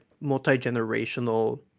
multi-generational